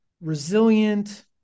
resilient